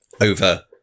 over